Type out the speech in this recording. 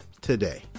today